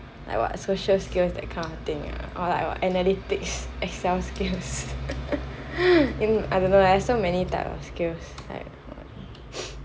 like what social skills that kind of thing or like what analytics excel skills in I don't know leh so many types of skills like